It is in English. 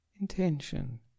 intention